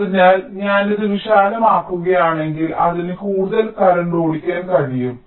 അതിനാൽ ഞാൻ ഇത് വിശാലമാക്കുകയാണെങ്കിൽ അതിന് കൂടുതൽ കറന്റ് ഓടിക്കാൻ കഴിയും